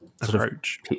approach